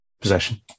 Possession